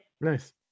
Nice